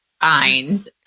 find